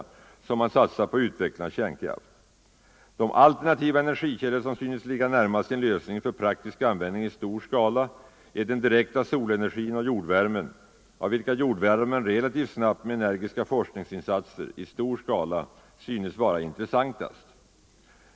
som satsats på utveckling av kärnkraften. De alternativa energikällor som synes ligga närmast sin lösning för praktisk användning i stor skala är den direkta solenergin och jordvärmen, av vilka jordvärmen relativt snabbt med energiska forskningsinsatser i stor skala synes vara intressantast.